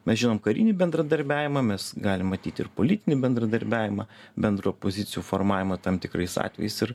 mes žinom karinį bendradarbiavimą mes galim matyt ir politinį bendradarbiavimą bendrų pozicijų formavimą tam tikrais atvejais ir